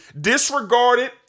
disregarded